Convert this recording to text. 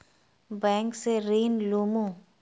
Bank से ऋण लुमू?